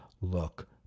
look